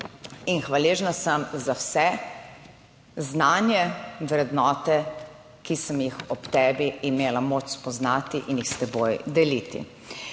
in hvaležna sem za vse znanje, vrednote, ki sem jih ob tebi imela moč spoznati in jih s teboj deliti.